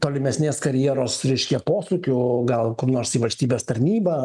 tolimesnės karjeros reiškia posūkiu gal kur nors į valstybės tarnybą